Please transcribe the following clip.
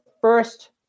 first